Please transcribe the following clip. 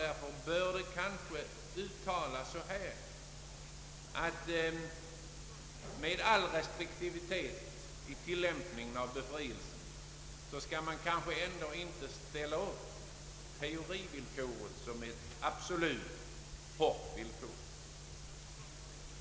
Därför har vi sagt att, med all restriktivitet i tillämpningen av denna befrielsemöjlighet, kanske ändå inte teorivillkoret skall ställas upp som ett absolut villkor.